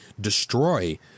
destroy